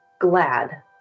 glad